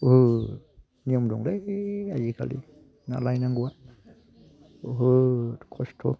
बहुत नियम दंलै आजिखालि ना लायनांगौआ बहुत खस्थ'